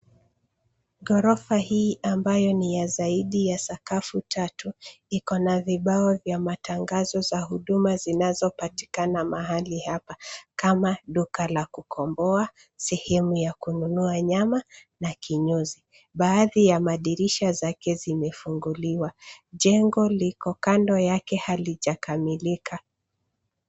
Ghorofa hii ambayo ni ya zaidi ya sakafu tatu, ikona vibao vya matangazo za huduma zinazopatikana mahali hapa, kama duka la kukomboa, sehemu ya kununua nyama na kinyozi. Baadhi ya madirisha zake zimefunguliwa, jengo liko kando yake halijakamilika.